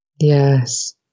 Yes